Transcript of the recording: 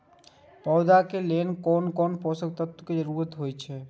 पौधा के लेल कोन कोन पोषक तत्व के जरूरत अइछ?